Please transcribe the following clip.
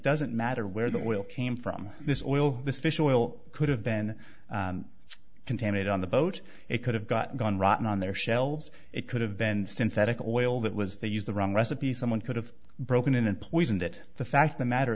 doesn't matter where the oil came from this oil this fish oil could have been contaminated on the boat it could have gotten gone rotten on their shelves it could have been synthetic oil that was they used the wrong recipe someone could have broken in and poisoned it the fact the matter